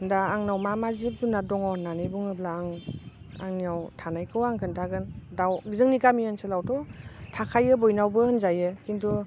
दा आंनाव मा मा जिब जुनार दङ होननानै बुङोब्ला आं आंनियाव थानायखौ आं खोन्थागोन दाव जोंनि गामि ओनसोलावथ' थाखायो बयनावबो होनजायो खिन्थु